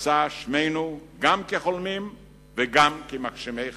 יצא שמנו גם כחולמים וגם כמגשימי חלומות.